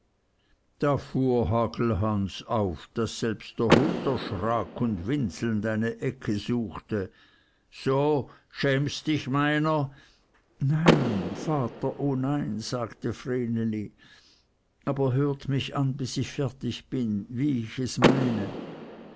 da fuhr hagelhans auf daß selbst der hund erschrak und winselnd eine ecke suchte so schämst du dich meiner nein vater o nein sagte vreneli aber hört mich an bis ich fertig bin wie ich es meine